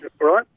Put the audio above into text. right